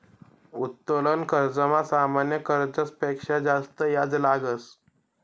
उत्तोलन कर्जमा सामान्य कर्जस पेक्शा जास्त याज लागस